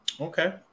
Okay